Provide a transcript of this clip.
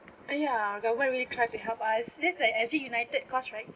!aiya! government really tried to help us this like S_G united cause right